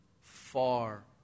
far